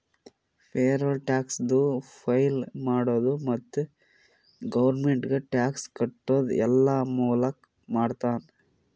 payroll ಟ್ಯಾಕ್ಸದು file ಮಾಡದು ಮತ್ತ ಗೌರ್ಮೆಂಟ್ಗ ಟ್ಯಾಕ್ಸ್ ಕಟ್ಟದು ಎಲ್ಲಾ ಮಾಲಕ್ ಮಾಡ್ತಾನ್